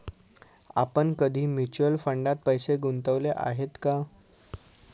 आपण कधी म्युच्युअल फंडात पैसे गुंतवले आहेत का?